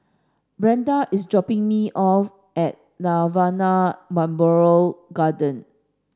Brenda is dropping me off at Nirvana Memorial Garden